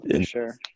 sure